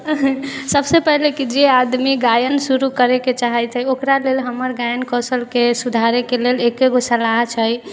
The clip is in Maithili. सभसँ पहिले कि जे आदमी गायन शुरू करैके चाहै छै ओकरा लेल हमर गायन कौशलके सुधारैके लेल एकैगो सलाह छै